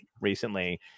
recently